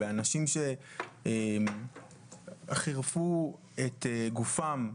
באנשים שחירפו את גופם,